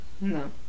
No